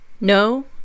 No